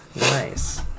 Nice